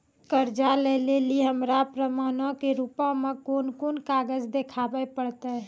कर्जा लै लेली हमरा प्रमाणो के रूपो मे कोन कोन कागज देखाबै पड़तै?